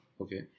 okay